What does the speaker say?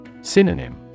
Synonym